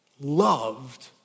loved